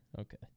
Okay